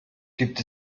gibt